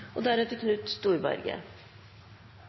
og deretter